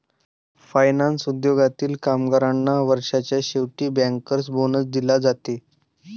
finance उद्योगातील कामगारांना वर्षाच्या शेवटी बँकर्स बोनस दिला जाते